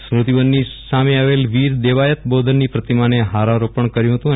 સ્મૃતીવનની સામે આવેલ વીર દેવાયત બોદરની પ્રતિમાને હારારોપણ કર્યું હતું આજે